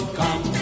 come